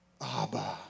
Abba